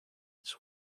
its